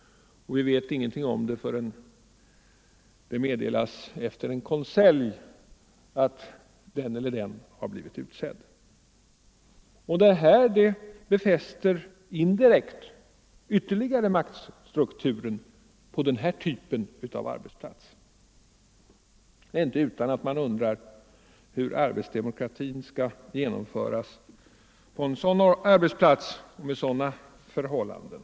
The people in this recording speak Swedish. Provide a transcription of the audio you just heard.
Vi vet ingenting om dem förrän det efter en konselj meddelas att den eller den har blivit utsedd. Det befäster indirekt ytterligare maktstrukturen på den här typen av arbetsplats. Det är inte utan att man undrar hur arbetsdemokratin skall genomföras på en arbetsplats med sådana förhållanden.